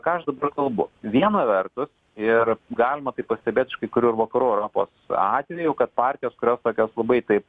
ką aš dabar kalbu viena vertus ir galima pastebėt iš kai kurių ir vakarų europos atvejų kad partijos kurios tokios labai taip